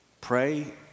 Pray